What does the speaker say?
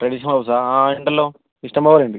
traditional house ആണോ ആ ഉണ്ടല്ലോ ഇഷ്ടംപോലെ ഉണ്ട്